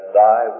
thy